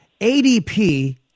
ADP